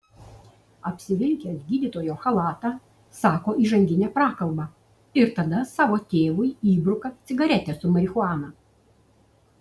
apsivilkęs gydytojo chalatą sako įžanginę prakalbą ir tada savo tėvui įbruka cigaretę su marihuana